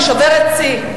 היא שוברת שיא,